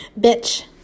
Bitch